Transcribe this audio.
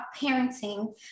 parenting